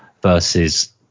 versus